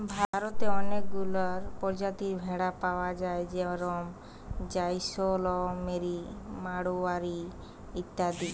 ভারতে অনেকগুলা প্রজাতির ভেড়া পায়া যায় যেরম জাইসেলমেরি, মাড়োয়ারি ইত্যাদি